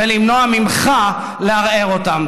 ולמנוע ממך לערער אותם.